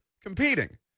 competing